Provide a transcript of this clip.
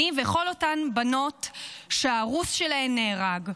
אני וכל אותן בנות שהארוס שלהן נהרג.